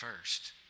first